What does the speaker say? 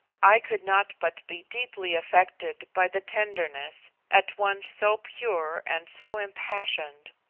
i could not but be deeply affected by the tenderness, at once so pure and so impassioned,